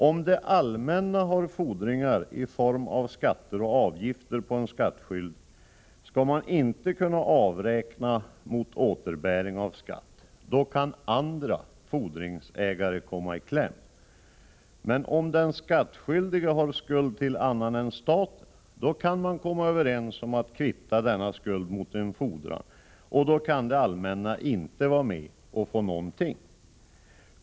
Om det allmänna har fordringar i form av skatter och avgifter på en skattskyldig, skall man inte kunna avräkna mot återbäring av skatt, för då kan andra fordringsägare komma i kläm. Men om den skattskyldige har skuld till annan än staten, då kan man komma överens om att kvitta denna skuld mot en fordran, och då kan det allmänna inte vara med och få någonting.